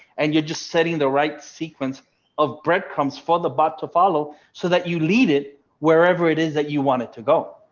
and you're just setting the right sequence of breadcrumbs for the bot to follow. so that you lead it wherever it is that you want it to go,